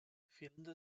fehlende